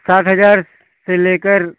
साठ हजार से लेकर